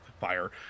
fire